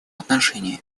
отношении